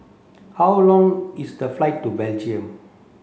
how long is the flight to Belgium